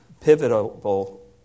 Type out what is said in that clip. pivotal